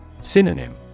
Synonym